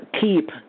Keep